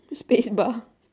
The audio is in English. spacebar